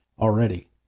already